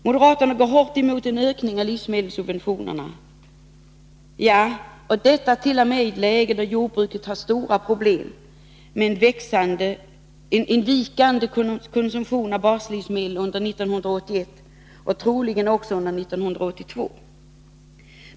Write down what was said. Moderaterna går hårt emot en ökning av livsmedelssubventionerna, t.o.m. i ett läge då jordbruket har stora problem med en vikande konsumtion av baslivsmedel. Detta gällde under 1981 och gäller troligen också under 1982.